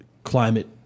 climate